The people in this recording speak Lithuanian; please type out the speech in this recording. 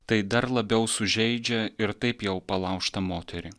tai dar labiau sužeidžia ir taip jau palaužtą moterį